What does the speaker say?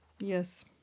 Yes